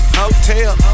hotel